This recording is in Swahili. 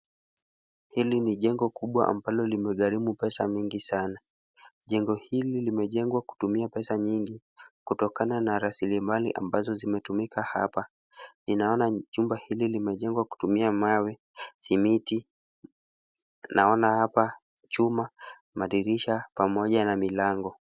Hili ni jengo kubwa ambalo limegharimu pesa nyingi sana. Jengo hili limejengwa kutumia pesa nyingi, kutokana na rasilimali ambazo zimetumika hapa. Ninaona jumba hili limejengwa kutumia wame, simiti, naona hapa chuma, madirisha pamoja na milango.